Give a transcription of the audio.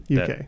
UK